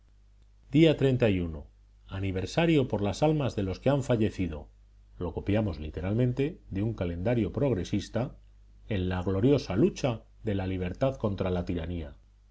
don fernando vii día aniversario por las almas de los que han fallecido lo copiamos literalmente de un calendario progresista en la gloriosa lucha de la libertad contra la tiranía